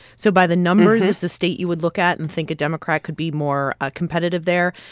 so by the numbers, it's a state you would look at and think a democrat could be more ah competitive there.